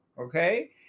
okay